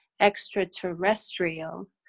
extraterrestrial